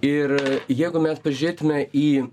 ir jeigu mes pažiūrėtume į